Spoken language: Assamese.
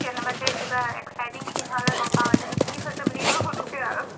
কেনেবাকে কিবা এক্সাইটিং চিন হ'লে গম পাওঁ এজনী কি হৈছে বুলি কৈ সোধো গৈ আৰু